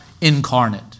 incarnate